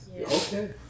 Okay